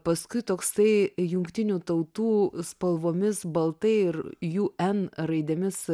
paskui toksai jungtinių tautų spalvomis baltai ir jų n raidėmis